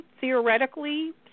theoretically